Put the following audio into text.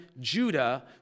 Judah